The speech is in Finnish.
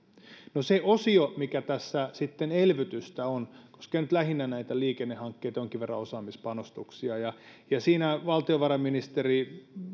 no se osio mikä tässä sitten elvytystä on koskee nyt lähinnä näitä liikennehankkeita jonkin verran osaamispanostuksia valtiovarainministeri